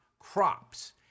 Crops